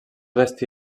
destí